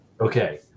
Okay